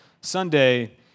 Sunday